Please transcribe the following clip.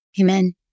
Amen